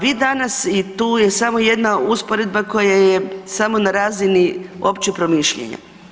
Vi danas i tu je samo jedna usporedba koja je samo na razini općeg promišljanja.